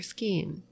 Scheme